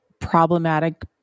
problematic